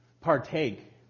partake